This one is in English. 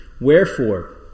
Wherefore